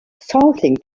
cycling